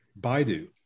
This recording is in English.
Baidu